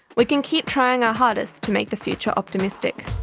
we can keep trying our hardest to make the future optimistic.